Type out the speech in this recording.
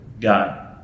God